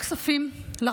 ב',